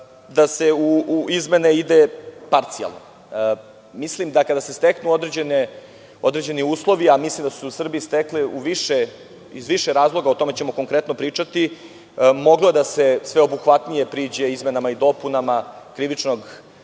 da se u izmene ide parcijalno. Mislim da kada se steknu određeni uslovi, a mislim da su se u Srbiji stekli iz više razloga, o tome ćemo konkretno pričati, moglo bi da se sveobuhvatnije priđe izmenama i dopunama Krivičnog